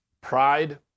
pride